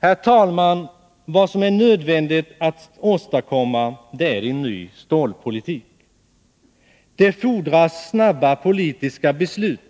Herr talman! Det är också nödvändigt att åstadkomma en ny stålpolitik. Det fordras snabba politiska beslut